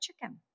chicken